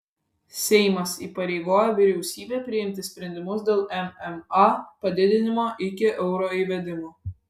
seimas įpareigojo vyriausybę priimti sprendimus dėl mma padidinimo iki euro įvedimo